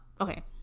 okay